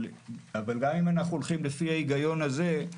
אבל גם אם אנחנו הולכים לפי ההיגיון הזה,